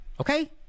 Okay